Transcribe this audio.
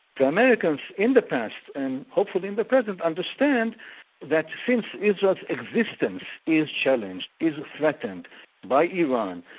the americans in the past, and hopefully in the present, understand that since israel's existence is challenged, is threatened by iran,